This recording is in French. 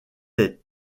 tes